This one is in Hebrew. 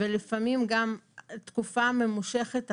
ולפעמים גם תקופה ממושכת אחרי,